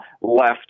left